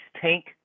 tank